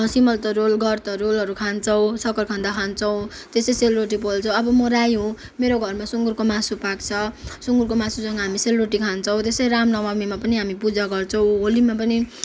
सिमल तरुल घर तरुलहरू खान्छौँ शखरखन्डा खान्छौँ त्यस्तै सेलरोटी पोल्छौँ अब म राई हो मेरो घरमा सुँगुँरको मासु पाक्छ सुँगुँरको मासुसँग हामी सेलरोटी खान्छौँ तेत्यसरी राम नवमीमा पनि हामी पूजा गर्छौँ होलीमा पनि